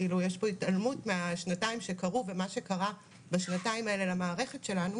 יש פה התעלמות מהשנתיים שקרו ומה שקרה בשנתיים האלה למערכת שלנו